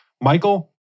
Michael